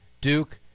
Duke